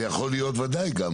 זה יכול להיות ודאי גם